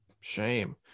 Shame